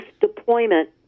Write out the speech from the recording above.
deployment